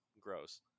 gross